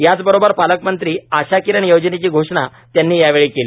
याचबरोबर पालकमंत्री आशा किरण योजनेची घोषणा त्यांनी यावेळी केली